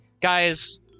guys